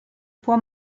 può